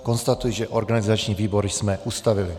Konstatuji, že organizační výbor jsme ustavili.